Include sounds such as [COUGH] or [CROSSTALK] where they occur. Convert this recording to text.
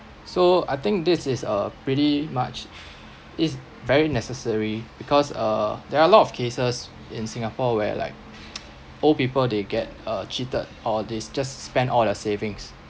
so I think this is a pretty much is very necessary because uh there are a lot of cases in singapore where like [NOISE] old people they get uh cheated or they just spend all their savings